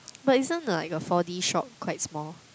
but isn't a like a four D shop quite small